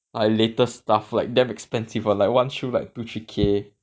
like latest stuff like damn expensive [one] like shoe bag two three K